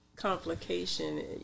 Complication